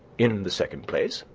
in the second place,